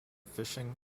fishing